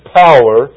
power